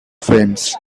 frames